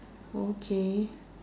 okay